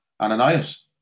Ananias